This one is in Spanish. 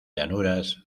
llanuras